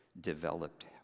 developed